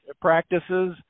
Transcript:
practices